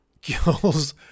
kills